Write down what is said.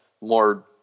more